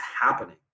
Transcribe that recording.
happening